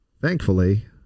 Thankfully